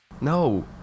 No